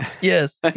Yes